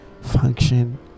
function